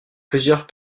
plusieurs